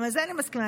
גם לזה אני מסכימה,